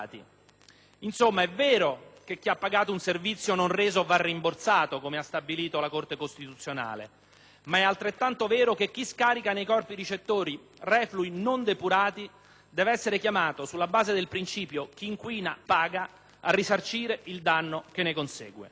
Insomma, è vero che chi ha pagato un servizio non reso va rimborsato, come ha stabilito la Corte costituzionale, ma è altrettanto vero che chi scarica nei corpi ricettori reflui non depurati deve essere chiamato, sulla base del principio "chi inquina paga", a risarcire il danno che ne consegue.